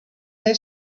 they